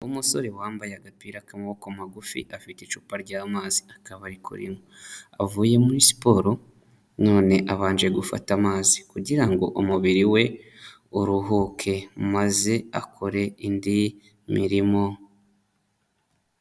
Umusore wambaye agapira k'amakoboko magufi afite icupa ry'amazi akaba ari kurinywa, avuye muri siporo none abanje gufata amazi kugira umubiri we uruhuke maze akore indi mirimo.